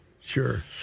Sure